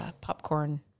popcorn